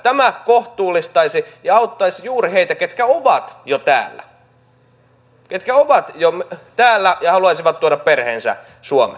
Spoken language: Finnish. tämä kohtuullistaisi ja auttaisi juuri heitä ketkä ovat jo täällä ja haluaisivat tuoda perheensä suomeen